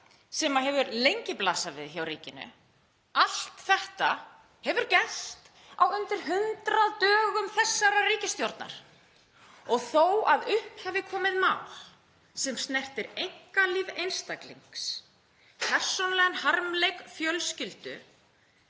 sem hefur lengi blasað við hjá ríkinu. Allt þetta hefur gerst á innan við 100 dögum hjá þessari ríkisstjórn. Og þó að upp hafi komið mál sem snertir einkalíf einstaklings, persónulegan harmleik fjölskyldu,